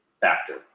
factor